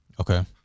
Okay